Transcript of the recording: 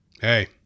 Hey